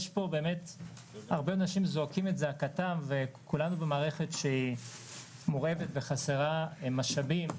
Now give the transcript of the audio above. הרבה אנשים זועקים את זעקתם וכולנו במערכת שהיא מורעבת וחסרה משאבים,